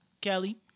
Kelly